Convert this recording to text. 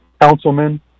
councilman